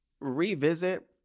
revisit